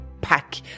pack